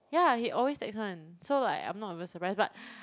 ya he always text one so like I'm not even surprise but